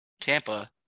Tampa